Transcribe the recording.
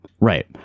right